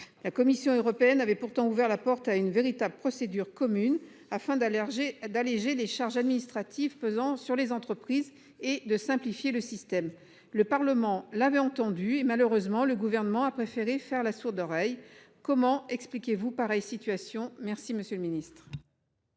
La Commission européenne avait pourtant ouvert la porte à une véritable procédure commune afin d'allergie, d'alléger les charges administratives pesant sur les entreprises et de simplifier le système, le Parlement l'avait entendu et malheureusement, le gouvernement a préféré faire la sourde oreille. Comment expliquez-vous pareille situation. Merci Monsieur le Ministre.